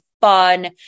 fun